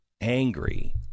angry